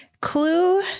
Clue